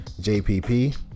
JPP